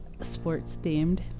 sports-themed